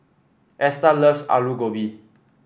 Esta loves Aloo Gobi